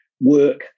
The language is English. work